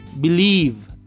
believe